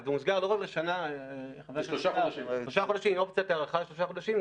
אבל זה מוסדר לשלושה חודשים עם אופציית הארכה לשלושה חודשים,